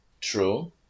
True